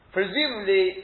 Presumably